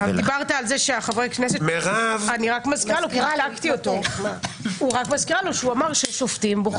אני רק מזכירה לך שאמרת ששופטים בוחרים